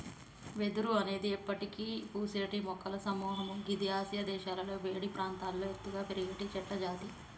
వెదురు అనేది ఎప్పటికి పూసేటి మొక్కల సముహము గిది ఆసియా దేశాలలో వేడి ప్రాంతాల్లో ఎత్తుగా పెరిగేటి చెట్లజాతి